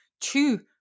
two